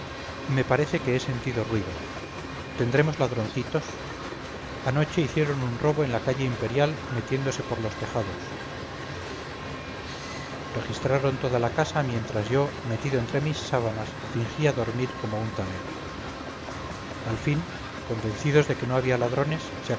me parece que he sentido ruido tendremos ladroncitos anoche hicieron un robo en la calle imperial metiéndose por los tejados registraron toda la casa mientras yo metido entre mis sábanas fingía dormir como un talego al fin convencidos de que no había ladrones